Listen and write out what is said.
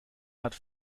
hat